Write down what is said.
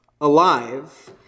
alive